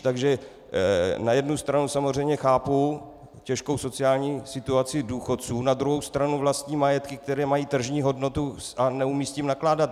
Takže na jednu stranu samozřejmě chápu těžkou sociální situaci důchodců, na druhou stranu vlastní majetky, které mají tržní hodnotu, a neumějí s tím nakládat.